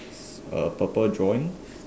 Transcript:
a purple drawing